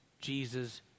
Jesus